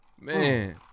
Man